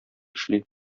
эшли